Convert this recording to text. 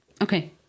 Okay